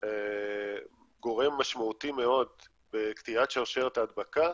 גורם משמעותי מאוד בקטיעת שרשרת ההדבקה,